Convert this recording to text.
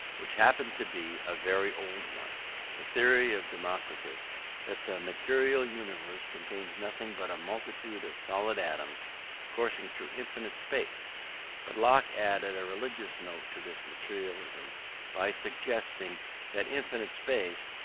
which happened to be a very old one the theory of democritus that the material universe contains nothing but a multitude of solid atoms coursing through infinite space but locke added a religious note to this materialism by suggesting that infinite space,